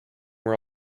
were